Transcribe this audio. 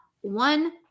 one